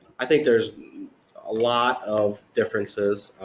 i think there's a lot of differences